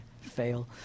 Fail